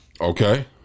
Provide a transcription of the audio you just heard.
Okay